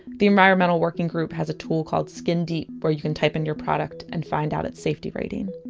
the environmental working group has a tool called skin deep where you can type in your product and find out its safety rating